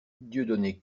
dieudonné